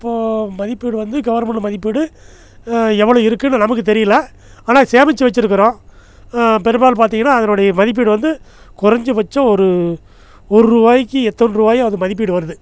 இப்போது மதிப்பீடு வந்து கவர்மண்ட்ல மதிப்பீடு எவ்வளோ இருக்குன்னு நமக்கு தெரியல ஆனால் சேமித்து வச்சிருக்கிறோம் பெரும்பாலும் பார்த்திங்கனா அதனுடைய மதிப்பீடு வந்து கொறைஞ்ச பட்சம் ஒரு ஒரு ஒரு ரூபாயிக்கி எத்தனை ரூபாயோ அது மதிப்பீடு வருது